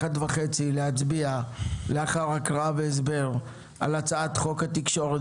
קבענו בשעה 13:30 להצביע לאחר הקראה והסבר על הצעת חוק התקשורת